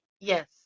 Yes